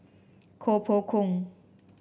Koh Poh Koon